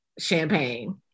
champagne